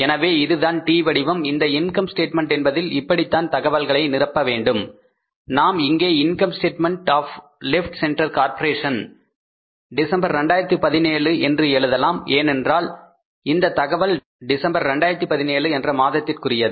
எனவே இதுதான் T வடிவம் இந்த இன்கம் ஸ்டேட்மெண்ட் என்பதில் இப்படித்தான் தகவல்களை நிரப்ப வேண்டும் நாம் இங்கே income statement of left centre corporation December 2017 என்று எழுதலாம் ஏனென்றால் இந்த தகவல் டிசம்பர் 2017 என்ற மாதத்திற்குரியது